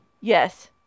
Yes